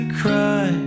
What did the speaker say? cry